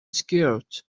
skirt